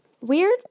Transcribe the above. Weird